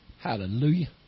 Hallelujah